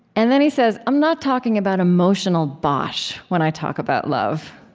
and then he says, i'm not talking about emotional bosh when i talk about love,